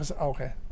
okay